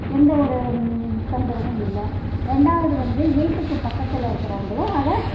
எந்தவொரு தொந்தரவும் இல்லை ரெண்டாவது வந்து வீட்டுக்குப் பக்கத்தில் இருக்கிறவங்களும் அதை